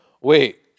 wait